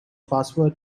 password